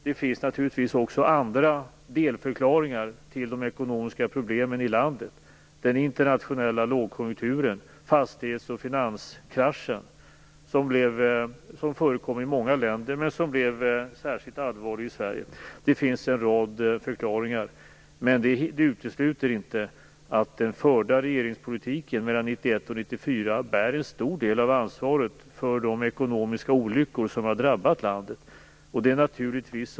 Det finns självfallet också andra delförklaringar till de ekonomiska problemen i landet: den internationella lågkonjunkturen och den fastighets och finanskrasch som förekom i många länder, men som blev särskilt allvarlig i Sverige. Det finns en rad förklaringar, men det utesluter inte att den under åren 1991-1994 förda regeringspolitiken bär en stor del av ansvaret för de ekonomiska olyckor som drabbat landet.